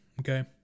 okay